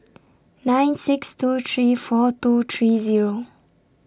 nine six two three four two three Zero